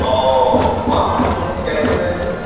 অঁ পুৱা আপুনি গাড়ীখন লৈ আনিব